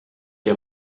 der